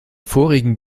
vorigen